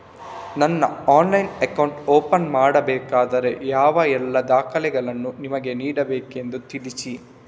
ನಾನು ಆನ್ಲೈನ್ನಲ್ಲಿ account open ಮಾಡಬೇಕಾದರೆ ಯಾವ ಎಲ್ಲ ದಾಖಲೆಗಳನ್ನು ನಿಮಗೆ ನೀಡಬೇಕೆಂದು ತಿಳಿಸಿ?